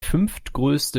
fünftgrößte